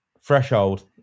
Threshold